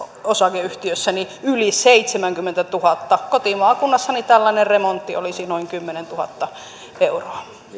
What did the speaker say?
osakeyhtiössäni yli seitsemänkymmentätuhatta kotimaakunnassani tällainen remontti olisi noin kymmenentuhatta euroa